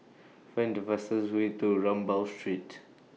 Find The fastest Way to Rambau Street